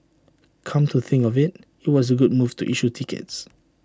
come to think of IT it was A good move to issue tickets